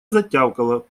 затявкала